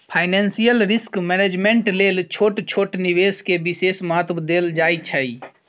financial risk management लेल छोट छोट निवेश के विशेष महत्व देल जाइ छइ